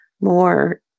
more